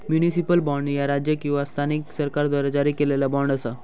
municipal bond, ह्या राज्य किंवा स्थानिक सरकाराद्वारा जारी केलेला बॉण्ड असा